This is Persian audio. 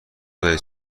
دهید